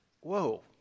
Whoa